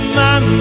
man